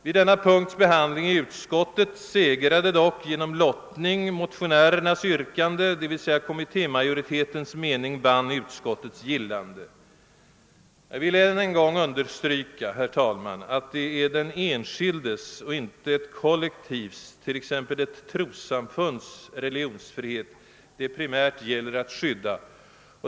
Vid denna punkts behandling i utskottet segrade genom lottning motionärernas yrkande, d.v.s. kommittémajoritetens mening vann utskottets gillande. Jag vill än en gång understryka, herr talman, att det är den enskildes och inte ett kollektivs, t.ex. ett trossamfunds, religionsfrihet det primärt gäller att skydda.